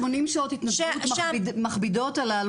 ש- 80 שעות ההתנדבות מכבידות על הלומדים.